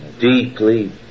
deeply